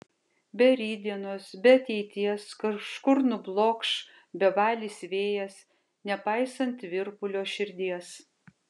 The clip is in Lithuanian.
be rytdienos be ateities kažkur nublokš bevalis vėjas nepaisant virpulio širdies